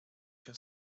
się